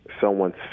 someone's